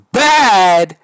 bad